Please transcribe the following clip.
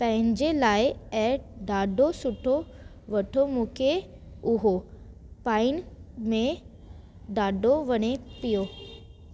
पंहिंजे लाइ ऐं ॾाढो सुठो वठो मूंखे उहो पाइण में ॾाढो वणे पियो